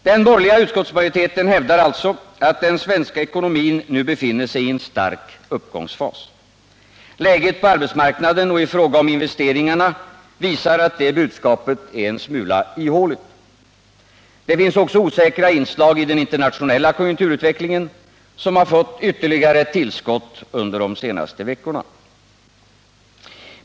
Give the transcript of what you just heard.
Den borgerliga utskottsmajoriteten hävdar alltså att den svenska ekonomin nu befinner sig i en fas av stark uppgång. Läget på arbetsmarknaden och i fråga om investeringarna visar att det budskapet är en smula ihåligt. Det finns också osäkra inslag i den internationella konjunkturutvecklingen som har fått ytterligare tillskott under de senaste veckorna.